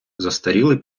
застарілий